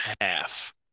half